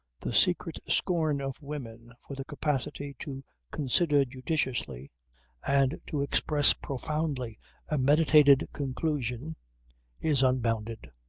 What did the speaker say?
the secret scorn of women for the capacity to consider judiciously and to express profoundly a meditated conclusion is unbounded.